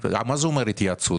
אנחנו העברנו את זה לשר הכלכלה,